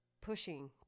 pushing